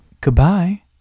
Goodbye